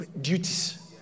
duties